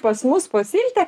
pas mus pas iltę